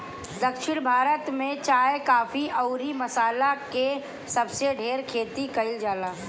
दक्षिण भारत में चाय, काफी अउरी मसाला के सबसे ढेर खेती कईल जाला